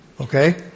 Okay